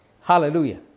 Hallelujah